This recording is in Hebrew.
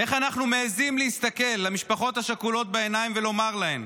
איך אנחנו מעזים להסתכל למשפחות השכולות בעיניים ולומר להן: